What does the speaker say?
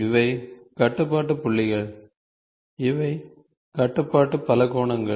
இவை கட்டுப்பாட்டு புள்ளிகள் இவை கட்டுப்பாட்டு பலகோணங்கள்